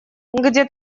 где